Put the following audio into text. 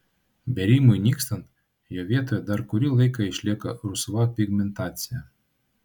bėrimui nykstant jo vietoje dar kurį laiką išlieka rusva pigmentacija